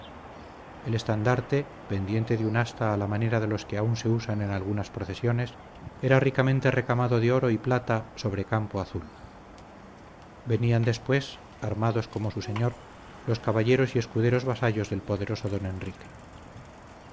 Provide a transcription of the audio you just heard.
el estandarte pendiente de una asta a la manera de los que aún se usan en algunas procesiones era ricamente recamado de oro y plata sobre campo azul venían después armados como su señor los caballeros y escuderos vasallos del poderoso don enrique